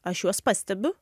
aš juos pastebiu